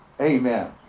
amen